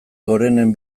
gorenean